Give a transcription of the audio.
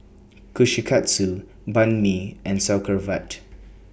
Kushikatsu Banh MI and Sauerkraut